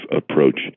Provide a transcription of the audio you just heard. approach